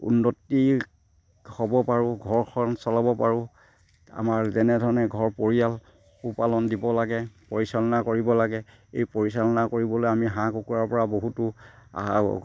উন্নতি হ'ব পাৰোঁ ঘৰখন চলাব পাৰোঁ আমাৰ যেনেধৰণে ঘৰ পৰিয়াল পোহপালন দিব লাগে পৰিচালনা কৰিব লাগে এই পৰিচালনা কৰিবলৈ আমি হাঁহ কুকুৰাৰ পৰা বহুতো